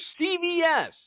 CVS